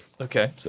Okay